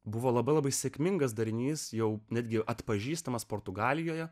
buvo labai labai sėkmingas darinys jau netgi atpažįstamas portugalijoje